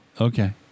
Okay